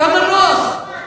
כמה נוח.